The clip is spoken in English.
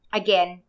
again